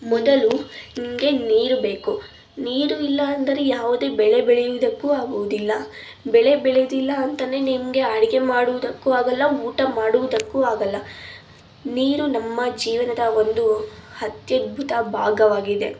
ಮೊದಲು ನಿನಗೆ ನೀರು ಬೇಕು ನೀರು ಇಲ್ಲ ಅಂದರೆ ಯಾವುದೇ ಬೆಳೆ ಬೆಳೆಯುವುದಕ್ಕು ಆಗುವುದಿಲ್ಲ ಬೆಳೆ ಬೆಳೆದಿಲ್ಲ ಅಂತಲೇ ನಿಮಗೆ ಅಡಿಗೆ ಮಾಡುವುದಕ್ಕೂ ಆಗಲ್ಲ ಊಟ ಮಾಡುವುದಕ್ಕೂ ಆಗಲ್ಲ ನೀರು ನಮ್ಮ ಜೀವನದ ಒಂದು ಅತ್ಯದ್ಭುತ ಭಾಗವಾಗಿದೆ